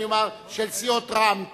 אני אומר: של סיעות רע"ם-תע"ל,